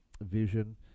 vision